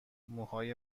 موهای